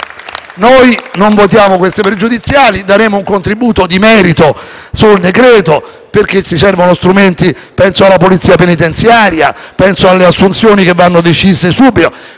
noi non voteremo queste pregiudiziali. Daremo un contributo di merito sul decreto-legge perché ci servono strumenti. Penso alla Polizia penitenziaria e alle assunzioni, che vanno decise subito.